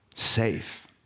safe